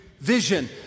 vision